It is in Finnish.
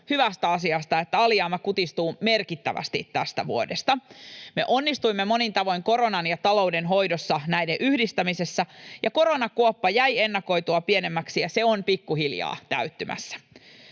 hyvästä asiasta, että alijäämä kutistuu merkittävästi tästä vuodesta. Me onnistuimme monin tavoin koronan ja talouden hoidossa, näiden yhdistämisessä, ja koronakuoppa jäi ennakoitua pienemmäksi ja on pikkuhiljaa täyttymässä.